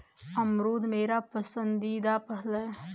अमरूद मेरा पसंदीदा फल है